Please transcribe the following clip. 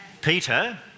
Peter